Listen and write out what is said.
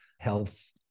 Health